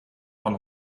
von